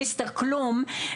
"מיסטר כלום",